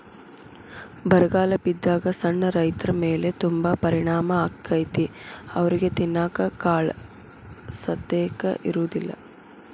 ಬರಗಾಲ ಬಿದ್ದಾಗ ಸಣ್ಣ ರೈತರಮೇಲೆ ತುಂಬಾ ಪರಿಣಾಮ ಅಕೈತಿ ಅವ್ರಿಗೆ ತಿನ್ನಾಕ ಕಾಳಸತೆಕ ಇರುದಿಲ್ಲಾ